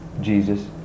Jesus